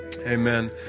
Amen